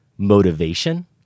motivation